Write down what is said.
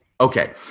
okay